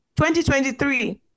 2023